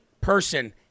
person